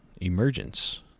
emergence